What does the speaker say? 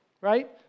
right